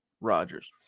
Rodgers